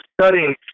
studying